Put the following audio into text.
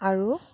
আৰু